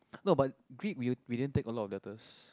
no but Greek we we didn't take a lot of letters